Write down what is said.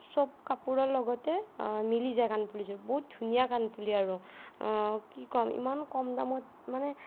সব কাপোৰৰ লগতে মিলি যায় কাণফুলিযোৰ বহুত ধুনীয়া কাণফুলি আৰু কি ক'ম ইমান কম দামত মানে